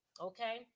okay